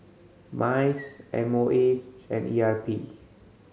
MICE M O H and E R P